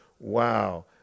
Wow